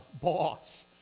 boss